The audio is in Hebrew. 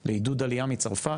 לעידוד עלייה מצרפת,